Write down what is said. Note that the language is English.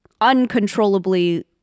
uncontrollably